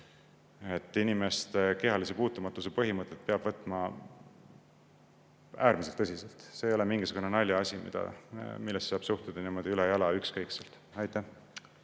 et inimeste kehalise puutumatuse põhimõtet peab võtma äärmiselt tõsiselt. See ei ole mingisugune naljaasi, millesse saab suhtuda niimoodi üle jala, ükskõikselt. Rene